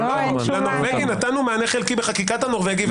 לנורבגים נתנו מענה חלקי בחקיקת הנורבגי.